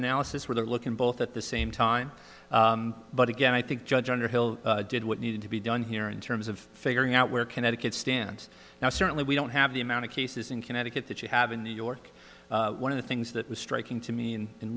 analysis where they're looking both at the same time but again i think judge underhill did what needed to be done here in terms of figuring out where connecticut stands now certainly we don't have the amount of cases in connecticut that you have in new york one of the things that was striking to me